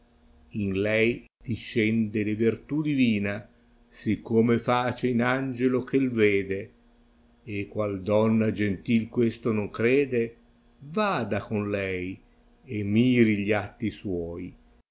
io lei discende le vertù divina siccome face in angelo che tede e qual donna gentil questo non crede vada con lei e miri gli atti suoi